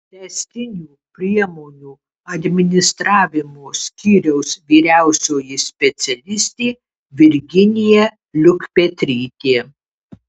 tęstinių priemonių administravimo skyriaus vyriausioji specialistė virginija liukpetrytė